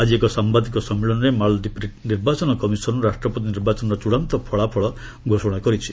ଆଜି ଏକ ସାମ୍ବାଦିକ ସମ୍ମିଳନୀରେ ମାଳଦ୍ୱୀପ ନିର୍ବାଚନ କମିଶନ ରାଷ୍ଟ୍ରପତି ନିର୍ବାଚନର ଚ୍ଚଡାନ୍ତ ଫଳାଫଳ ଘୋଷଣା କରିଛି